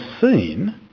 seen